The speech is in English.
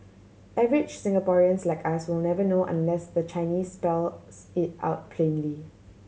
average Singaporeans like us will never know unless the Chinese spells it out plainly